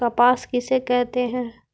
कपास किसे कहते हैं?